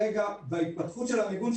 ההתפתחות של המיגון,